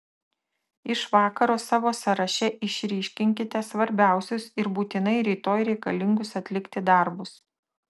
iš vakaro savo sąraše išryškinkite svarbiausius ir būtinai rytoj reikalingus atlikti darbus